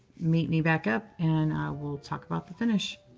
meet me back up, and i will talk about the finish.